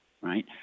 right